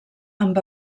amb